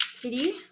Kitty